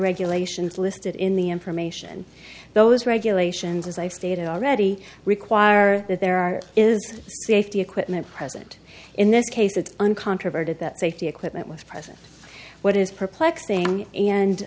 regulations listed in the information those regulations as i've stated already require that there are is safety equipment present in this case it's uncontroverted that safety equipment was present what is perplexing and